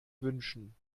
wünschen